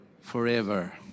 forever